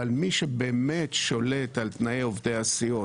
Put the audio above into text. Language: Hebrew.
אבל מי שבאמת שולט על תנאי עובדי הסיעות,